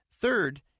Third